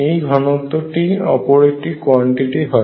এই ঘনত্ব টি অপর একটি কোয়ান্টিটি হয়